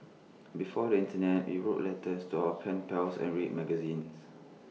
before the Internet we wrote letters to our pen pals and read magazines